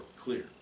clear